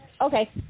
Okay